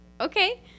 Okay